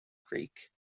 creek